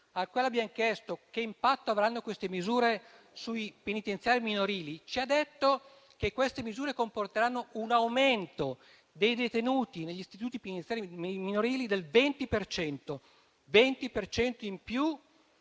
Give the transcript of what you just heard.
al quale abbiamo chiesto che impatto avranno queste misure sui penitenziari minorili, ci ha detto che queste misure comporteranno un aumento dei detenuti negli istituti penitenziari minorili del 20 per